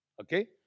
Okay